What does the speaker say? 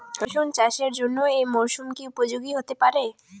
রসুন চাষের জন্য এই মরসুম কি উপযোগী হতে পারে?